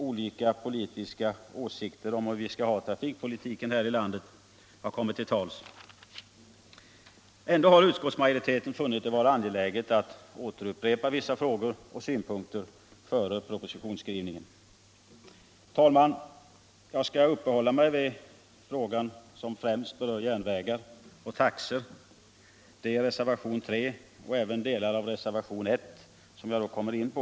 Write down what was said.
Olika politiska åsikter om hur vi skall utforma trafikpolitiken har haft möjlighet att komma till uttryck. Ändå har utskottsmajoriteten funnit det vara angeläget att återupprepa vissa frågor och synpunkter före propositionsskrivningen. Herr talman! Jag skall uppehålla mig vid den fråga som främst berör järnvägar och taxor. Det är reservationen 3 och delar av reservationen 1, som jag då kommer in på.